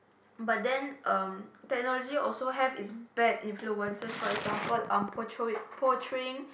but then um technology also have it's bad influences for example um portray~ portraying